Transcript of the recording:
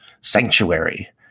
sanctuary